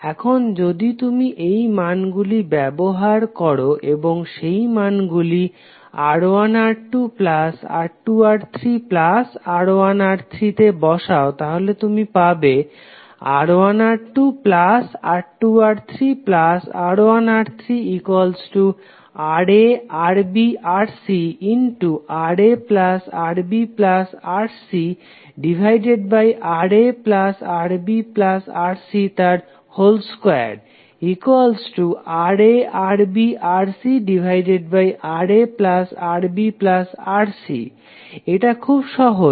এখন যদি তুমি এই মানগুলি ব্যবহার করো এবং সেই মানগুলি R1R2R2R3R1R3 তে বসাও তাহলে তুমি পাবে R1R2R2R3R1R3RaRbRcRaRbRcRaRbRc2RaRbRcRaRbRc এটা খুব সহজ